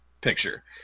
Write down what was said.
picture